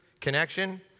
connection